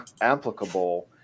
applicable